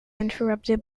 interrupted